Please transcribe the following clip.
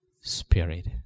Spirit